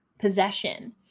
possession